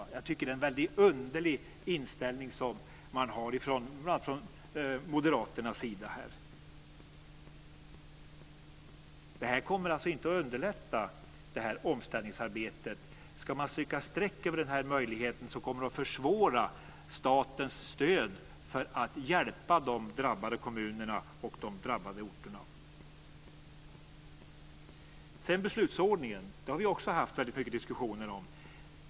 Jag tycker att det är en väldigt underlig inställning som man har från bl.a. Moderaternas sida. Det här kommer inte att underlätta omställningsarbetet. Ska man stryka streck över den här möjligheten kommer det att försvåra statens stöd för att hjälpa de drabbade kommunerna och orterna. Sedan till detta med beslutordningen. Det har vi också haft väldigt mycket diskussioner om.